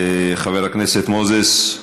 חבר הכנסת מוזס,